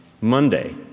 Monday